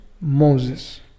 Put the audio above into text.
Moses